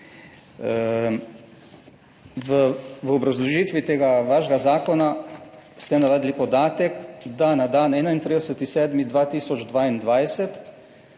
V obrazložitvi tega vašega zakona ste navedli podatek, da na dan 31. 7. 2022,